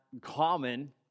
common